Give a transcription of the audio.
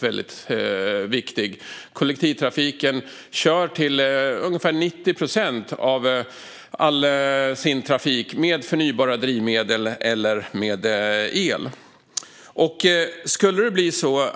Den kör med förnybara drivmedel eller el till ungefär 90 procent av all sin trafik.